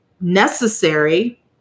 necessary